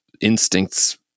instincts